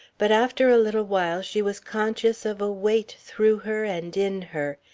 but after a little while she was conscious of a weight through her and in her,